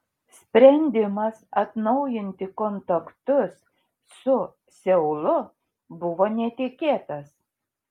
sprendimas atnaujinti kontaktus su seulu buvo netikėtas